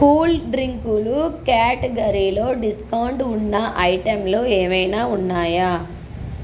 cool డ్రింకులు క్యాట్గరీలో discount ఉన్న ఐటమ్లు ఏవైనా ఉన్నాయా